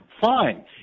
fine